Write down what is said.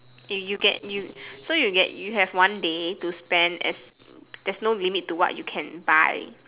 eh you get you so you get you have one day to spend this there's no limit to what you can buy